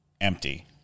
empty